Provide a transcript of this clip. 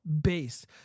base